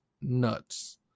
nuts